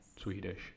Swedish